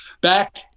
Back